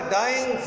dying